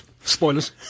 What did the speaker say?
Spoilers